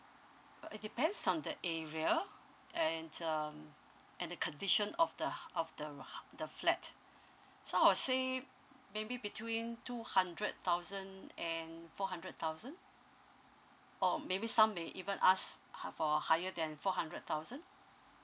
uh it depends on the area and um and the condition of the ha~ of the uh the flat so I will say maybe between two hundred thousand and four hundred thousand or maybe some may even ask ha~ for higher than four hundred thousand